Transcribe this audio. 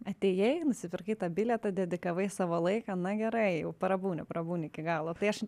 atėjai nusipirkai tą bilietą dedikavai savo laiką na gerai jau prabūni prabūni iki galo tai aš